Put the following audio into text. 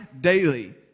daily